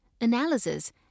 analysis